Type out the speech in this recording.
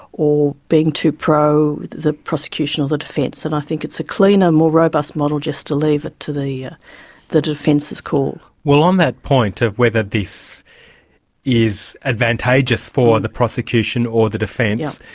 or being too pro the prosecution or the defence, and i think it's a cleaner, more robust model just to leave it to the ah the defence's call. well on that point of whether this is advantageous for the prosecution or the defence,